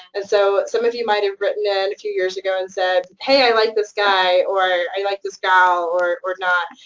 and so some of you might have written in a few years ago and said, hey, i like this guy, or, i like this gal, or or not,